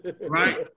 right